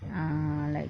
err like